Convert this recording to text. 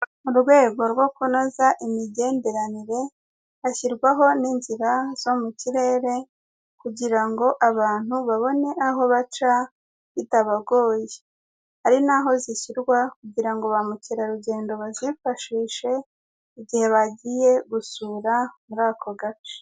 Mu rwego rwo kunoza imigenderanire hashyirwaho n'inzira zo mu kirere kugira ngo abantu babone aho baca bitabagoye, hari naho zishyirwa kugira ngo ba mukerarugendo bazifashishe igihe bagiye gusura muri ako gace.